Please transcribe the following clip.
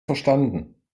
verstanden